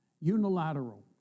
Unilateral